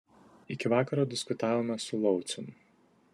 iki vakaro diskutavome su laucium